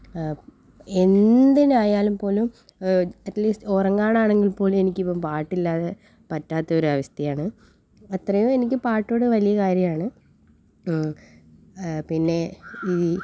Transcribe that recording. എന്തിനായാലും പോലും അറ്റ്ലീസ്റ്റ് ഉറങ്ങാനാണെങ്കിൽപ്പോലും എനിക്കിപ്പോൾ പാട്ടില്ലാതെ പറ്റാത്ത ഒരവസ്ഥയാണ് അത്രയും എനിക്ക് പാട്ടിനോട് വലിയ കാര്യമാണ് പിന്നെ